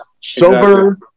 sober